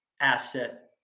Asset